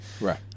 right